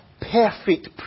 perfect